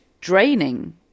draining